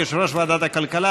וכך אתה מייעל,